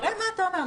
תראה מה אתה אומר.